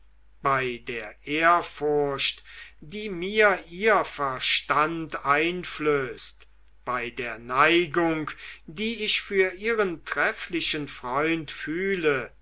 bei der ehrfurcht die mir ihr verstand einflößt bei der neigung die ich für ihren trefflichen freund fühle